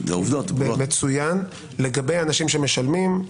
לגבי אנשים שמשלמים,